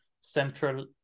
central